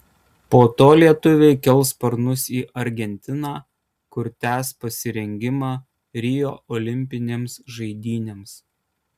po to lietuviai kels sparnus į argentiną kur tęs pasirengimą rio olimpinėms žaidynėms